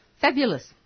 Fabulous